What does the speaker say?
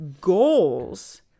goals